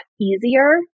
easier